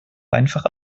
einfach